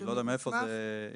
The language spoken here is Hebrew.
אני לא יודע מאיפה זה הגיע.